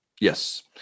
yes